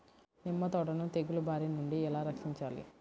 నిమ్మ తోటను తెగులు బారి నుండి ఎలా రక్షించాలి?